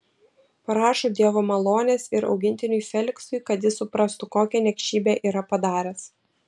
prašo dievo malonės ir augintiniui feliksui kad jis suprastų kokią niekšybę yra padaręs